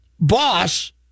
boss